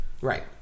Right